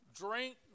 drink